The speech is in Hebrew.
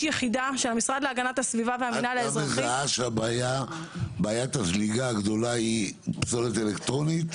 את מזהה שבעיית הזליגה הגדולה היא פסולת אלקטרונית,